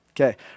Okay